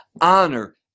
honor